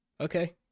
Okay